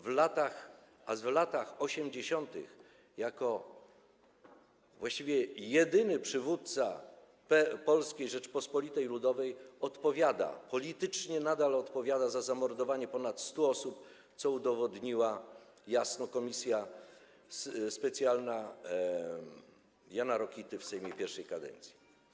W latach 80. jako właściwie jedyny przywódca Polskiej Rzeczpospolitej Ludowej odpowiadał, politycznie nadal odpowiada, za zamordowanie ponad 100 osób, co udowodniła jasno komisja specjalna Jana Rokity w Sejmie I kadencji.